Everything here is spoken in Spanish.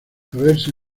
haberse